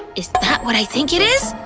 is that what i think it is?